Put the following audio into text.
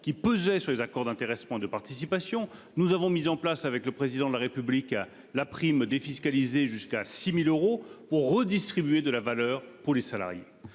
qui pesait sur les accords d'intéressement et de participation. Nous avons mis en place, en accord avec le Président de la République, la prime défiscalisée jusqu'à 6 000 euros pour redistribuer de la valeur aux salariés.